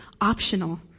optional